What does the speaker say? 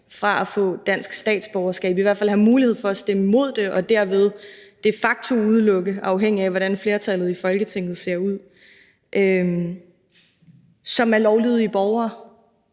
fra at få dansk statsborgerskab eller i hvert fald vil have mulighed for at stemme imod det og derved de facto udelukke, afhængigt af hvordan flertallet i Folketinget ser ud, og som er lovlydige borgere,